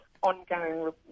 ongoing